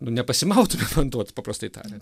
nu nepasimautumėm ant to paprastai tariant